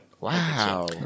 wow